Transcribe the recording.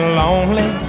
lonely